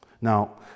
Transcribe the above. Now